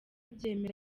abyemera